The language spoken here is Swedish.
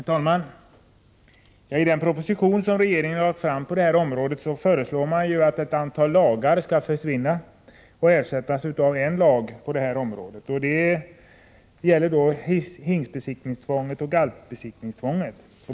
Herr talman! I den proposition som regeringen lagt fram på det här området föreslår man att ett antal lagar skall försvinna och ersättas av en lag som gäller hingstbesiktningstvånget och galtbesiktningstvånget.